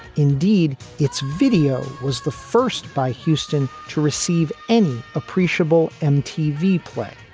indeed, its video was the first by houston to receive any appreciable mtv play.